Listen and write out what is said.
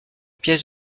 pièces